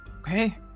Okay